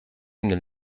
nel